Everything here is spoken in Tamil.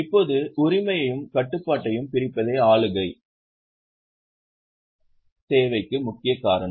இப்போது உரிமையையும் கட்டுப்பாட்டையும் பிரிப்பதே ஆளுகை தேவைக்கு முக்கிய காரணம்